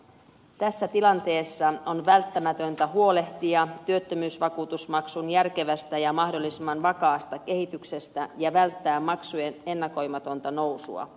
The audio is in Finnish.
tässä tilanteessa on välttämätöntä huolehtia työttömyysvakuutusmaksun järkevästä ja mahdollisimman vakaasta kehityksestä ja välttää maksujen ennakoimatonta nousua